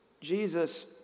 Jesus